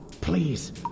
Please